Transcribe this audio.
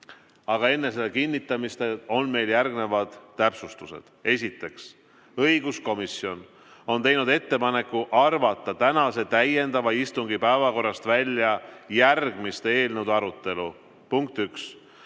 enne selle kinnitamist on meil järgnevad täpsustused. Esiteks, õiguskomisjon on teinud ettepaneku arvata tänase täiendava istungi päevakorrast välja järgmiste eelnõude arutelu. Punkt üks,